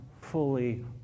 fully